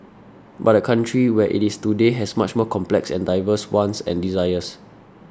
but the country where it is today has much more complex and diverse wants and desires